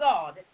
God